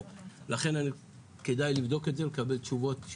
לכן כדאי לבדוק את זה ולקבל תשובות.